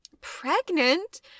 Pregnant